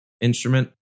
instrument